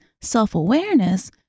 self-awareness